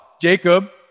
Jacob